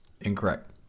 Incorrect